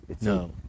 no